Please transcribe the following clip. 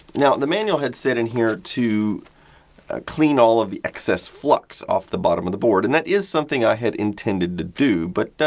now, the manual had said in here to clean all of the excess flux off the bottom of the board and that is something i had intended to do. but,